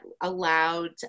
allowed